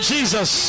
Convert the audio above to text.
Jesus